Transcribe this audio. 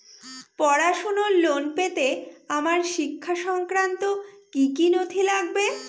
পড়াশুনোর লোন পেতে আমার শিক্ষা সংক্রান্ত কি কি নথি লাগবে?